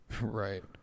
Right